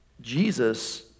Jesus